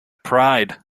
pride